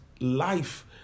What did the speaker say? life